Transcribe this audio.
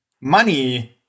money